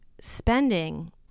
spending